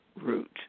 route